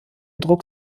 druck